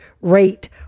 rate